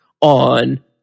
on